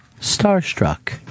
starstruck